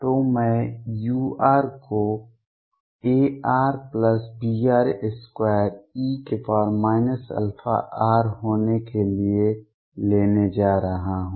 तो मैं u को arbr2e αr होने के लिए लेने जा रहा हूं